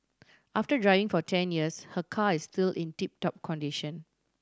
after driving for ten years her car is still in tip top condition